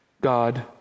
God